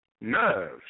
nerves